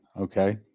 okay